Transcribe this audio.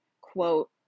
quote